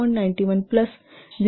91 plus 0